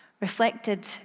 reflected